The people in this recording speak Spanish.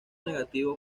negativo